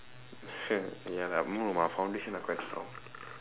ya lah no my foundation are quite strong